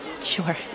Sure